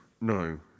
no